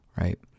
right